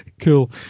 cool